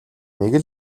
нэг